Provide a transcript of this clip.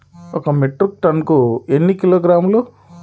ఒక మెట్రిక్ టన్నుకు ఎన్ని కిలోగ్రాములు?